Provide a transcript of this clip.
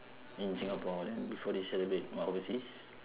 in singapore then before this celebrate what overseas